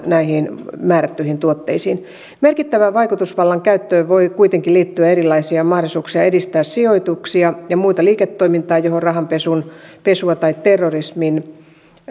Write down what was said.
näihin määrättyihin tuotteisiin merkittävän vaikutusvallan käyttöön voi kuitenkin liittyä erilaisia mahdollisuuksia edistää sijoituksia ja muuta liiketoimintaa johon rahanpesua tai terrorismin